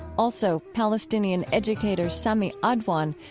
also, palestinian educator sami adwan,